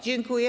Dziękuję.